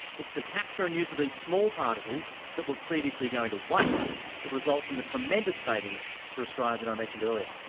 it's the capture and use of these small particles that were previously going to waste that results in the tremendous savings for australia that i mentioned earlier.